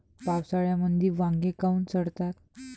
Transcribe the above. पावसाळ्यामंदी वांगे काऊन सडतात?